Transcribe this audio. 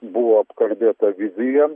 buvo apkalbėta vizija